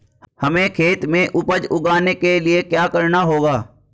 हमें खेत में उपज उगाने के लिये क्या करना होगा?